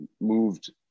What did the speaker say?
moved